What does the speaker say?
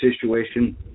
situation